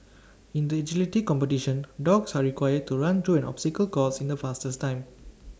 in the agility competition dogs are required to run through an obstacle course in the fastest time